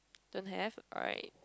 don't have alright